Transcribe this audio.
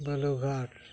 Balurghat